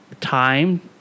time